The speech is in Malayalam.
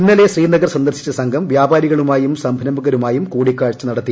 ഇന്നലെ ശ്രീനഗർ സന്ദർശിച്ച സംഘം വ്യാപാരികളുമായും സംരംഭകരുമായും കൂടിക്കാഴ്ച നടത്തി